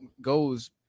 goes